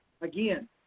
again